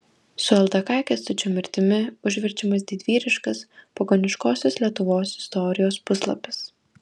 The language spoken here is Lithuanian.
su ldk kęstučio mirtimi užverčiamas didvyriškas pagoniškosios lietuvos istorijos puslapis